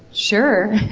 sure.